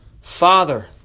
Father